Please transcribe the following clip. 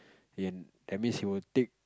in that means he will take